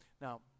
Now